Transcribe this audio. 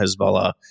Hezbollah